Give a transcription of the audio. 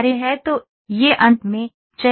तो यह अंत में चयनित है